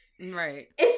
right